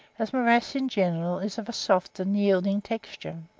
as morass in general is of a soft and yielding texture.